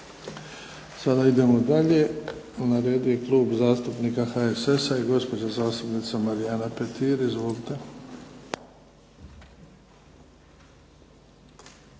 Sada idemo dalje, na redu je Klub zastupnika HSS-a i gospođa zastupnica Marijana Petir. Izvolite.